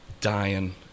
dying